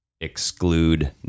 exclude